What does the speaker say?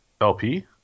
LP